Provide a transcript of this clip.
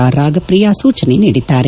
R Ragapriya ಸೂಚನೆ ನೀಡಿದ್ದಾರೆ